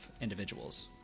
individuals